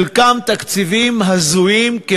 חלקם תקציבים הזויים,